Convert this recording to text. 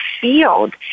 field